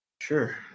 Sure